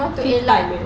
I thought she was like